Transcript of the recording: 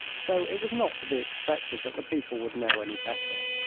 so it was not to be expected that the people would know any better.